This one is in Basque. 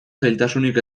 zailtasunik